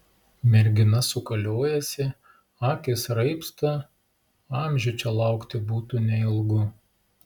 mergina sukaliojasi akys raibsta amžių čia laukti būtų neilgu